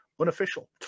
unofficial